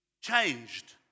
changed